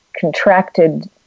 contracted